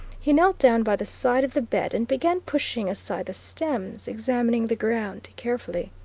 he knelt down by the side of the bed and began pushing aside the stems, examining the ground carefully.